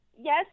Yes